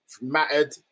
mattered